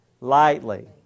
Lightly